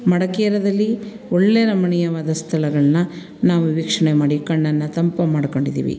ಮಡ್ಕೇರದಲ್ಲಿ ಒಳ್ಳೆಯ ರಮಣೀಯವಾದ ಸ್ಥಳಗಳನ್ನ ನಾವು ವೀಕ್ಷಣೆ ಮಾಡಿ ಕಣ್ಣನ್ನು ತಂಪು ಮಾಡ್ಕೊಂಡಿದ್ದೀವಿ